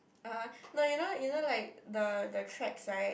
uh no you know you know like the tracks right